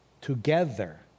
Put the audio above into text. Together